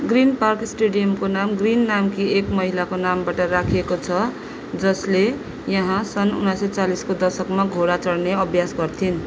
green Park स्टेडियमको नाम Green नामकी एक महिलाको नामबाट राखिएको छ जसले यहाँ सन् उन्नाइस सय चालिसको दशकमा घोडा चढ्ने अभ्यास गर्थिन्